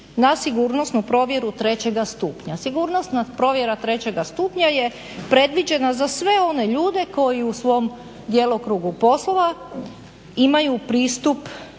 na sigurnosnu provjeru trećega stupnja. Sigurnosna provjera trećega stupnja je predviđena za sve one ljude koji u svom djelokrugu poslova imaju pristup